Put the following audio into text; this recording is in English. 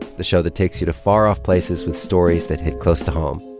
the show that takes you to far-off places with stories that hit close to home.